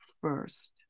first